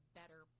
better